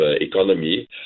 economy